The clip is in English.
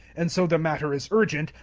and so the matter is urgent,